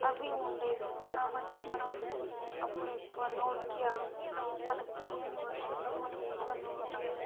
అవి ఉండేవి కాబట్టి మనం అప్పుడు ఎక్కువ నోకియా మనకు తెలియని వర్షన్లో మనం ఎక్కువ నోకియా